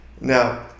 now